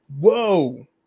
Whoa